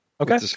Okay